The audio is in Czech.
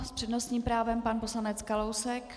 S přednostním právem pan poslanec Kalousek.